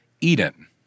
Eden